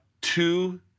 two